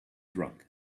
drunk